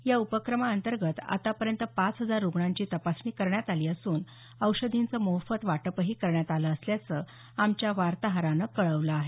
या उपक्रमांतर्गत आता पर्यंत पाच हजार रुग्णांची तपासणी करण्यात आली असून औषधींचं मोफत वाटपही करण्यात आलं असल्याचं आमच्या वार्ताहरानं कळवलं आहे